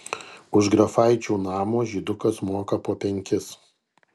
už grafaičių namo žydukas moka po penkis